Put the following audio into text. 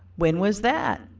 when was that?